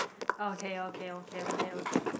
okay okay okay okay okay